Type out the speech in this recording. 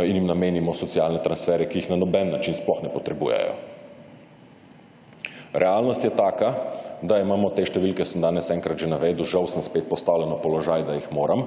in jim namenimo socialne transferje, ki jih na noben način sploh ne potrebujejo. Realnost je taka, da imamo, te številke sem danes enkrat že navedel, žal sem spet postavljen v položaj, da jih moram,